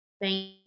Thank